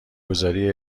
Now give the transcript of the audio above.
گذاری